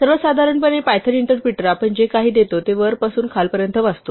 सर्वसाधारणपणे Python interpreter आपण जे काही देतो ते वरपासून खालपर्यंत वाचतो